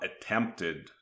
attempted